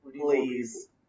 Please